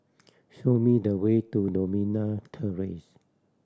show me the way to Novena Terrace